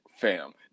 fam